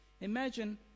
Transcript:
Imagine